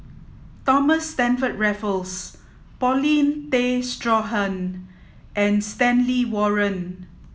Thomas Stamford Raffles Paulin Tay Straughan and Stanley Warren